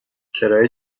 کرایه